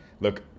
look